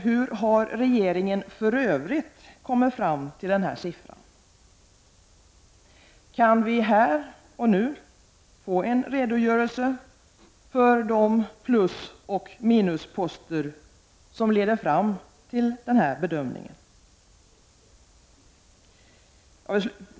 Hur har regeringen för övrigt kommit fram till denna siffra? Kan vi här och nu få en redogörelse för de plusoch minusposter som leder fram till denna bedömning?